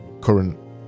current